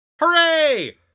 Hooray